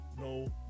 no